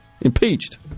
Impeached